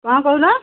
କ'ଣ କହିଲ